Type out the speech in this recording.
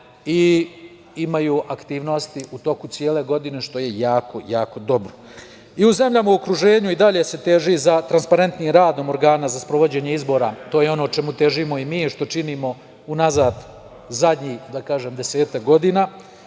i imaju aktivnosti tokom cele godine, što je jako, jako dobro.U zemljama u okruženju i dalje se teži za transparentnijim radom organa za sprovođenjem izbora. To je ono o čemu težimo i mi i što činimo unazad desetak godina,